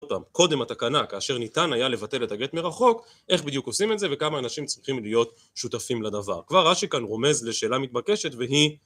קודם התקנה, כאשר ניתן היה לבטל את הגט מרחוק, איך בדיוק עושים את זה, וכמה אנשים צריכים להיות שותפים לדבר. כבר רש"י כאן רומז לשאלה מתבקשת והיא